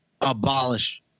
abolish